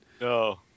No